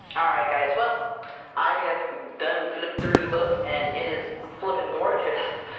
all right guys, well i have done-flipped through the book, and it is flippin' gorgeous!